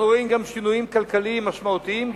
אנחנו רואים גם שינויים כלכליים משמעותיים,